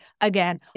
again